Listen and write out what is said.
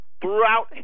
throughout